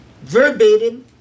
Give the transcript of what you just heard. verbatim